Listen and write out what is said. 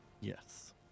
Yes